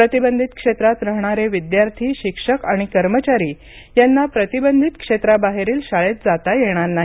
प्रतिबंधित क्षेत्रात राहणारे विद्यार्थी शिक्षक आणि कर्मचारी यांना प्रतिबंधित क्षेत्राबाहेरील शाळेत जाता येणार नाही